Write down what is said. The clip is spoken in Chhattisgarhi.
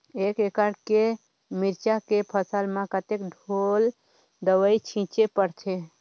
एक एकड़ के मिरचा के फसल म कतेक ढोल दवई छीचे पड़थे?